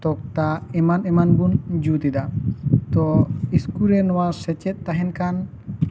ᱛᱚᱠᱛᱟ ᱮᱢᱟᱱ ᱮᱢᱟᱱ ᱵᱚᱱ ᱡᱩᱛ ᱮᱫᱟ ᱛᱚ ᱤᱥᱠᱩᱞ ᱨᱮ ᱱᱚᱣᱟ ᱥᱮᱪᱮᱫ ᱛᱟᱦᱮᱱ ᱠᱟᱱ